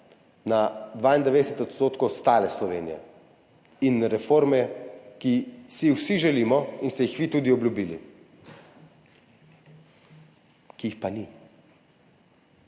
na 92 % ostale Slovenije in reforme, ki si jih vsi želimo in ste jih vi tudi obljubili, ki jih pa ni.